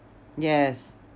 yes